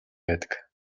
байдаг